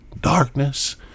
darkness